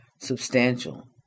substantial